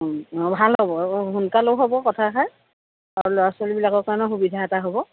অঁ ভাল হ'ব অলপ সোনকালো হ'ব কথাষাৰ আৰু ল'ৰা ছোৱালীবিলাকৰ কাৰণেও সুবিধা এটা হ'ব